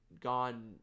gone